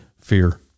fear